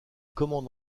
commande